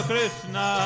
Krishna